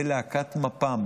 על ידי להקת מפ"ם,